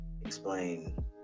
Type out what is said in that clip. explain